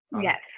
yes